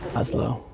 oslow,